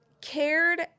cared